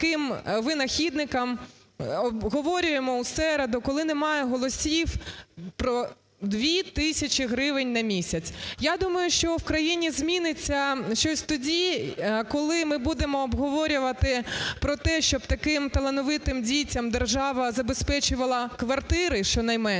винахідникам обговорюємо в середу, коли немає голосів, про 2 тисячі гривень на місяць. Я думаю, що в країні зміниться щось тоді, коли ми будемо обговорювати про те, щоб таким талановитим дітям держава забезпечувала квартири, щонайменше.